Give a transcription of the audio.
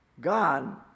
God